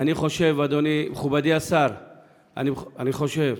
ואני חושב, מכובדי השר, אני חושב,